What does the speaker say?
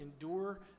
endure